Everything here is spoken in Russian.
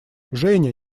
женя